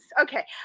Okay